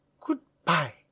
Goodbye